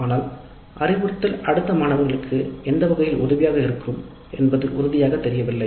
ஆனால் அறிவுறுத்தல் அடுத்த மாணவர்களுக்கு எந்த வகையில் உதவியாக இருக்கும் என்பது உறுதியாகத் தெரியவில்லை